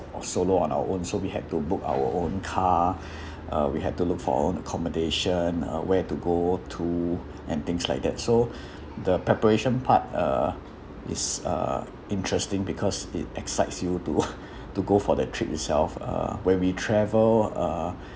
or solo on our own so we had to book our own car uh we had to look for our own accommodation uh where to go to and things like that so the preparation part uh is uh interesting because it excites you to to go for the trip itself uh where we travel uh